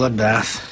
bloodbath